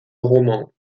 roman